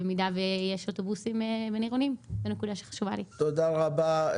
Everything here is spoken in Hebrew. תודה רבה,